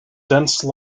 dense